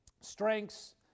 strengths